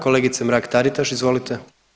Kolegice Mrak-Taritaš, izvolite.